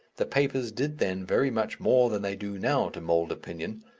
the papers did then very much more than they do now to mould opinion,